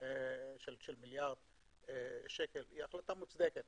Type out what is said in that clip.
של מיליארד שקל היא מוצדקת